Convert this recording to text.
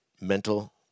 mental